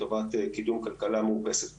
לקידום כלכלה מאופסת פחמן.